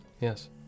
Yes